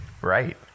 right